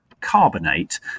carbonate